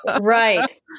Right